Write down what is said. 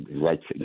rights